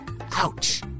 Ouch